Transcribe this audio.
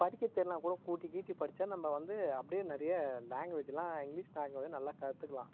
படிக்க தெரிலைனா கூட கூட்டி கீட்டி படித்தா நம்ப வந்து அப்படியே நிறைய லேங்குவேஜுல்லாம் இங்கிலீஷ் லேங்குவேஜ் நல்லா கற்றுக்கலாம்